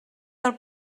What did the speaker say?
del